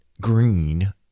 green